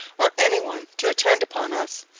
or any one to attend upon us,